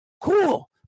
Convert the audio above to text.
Cool